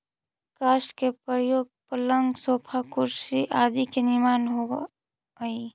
काष्ठ के प्रयोग पलंग, सोफा, कुर्सी आदि के निर्माण में होवऽ हई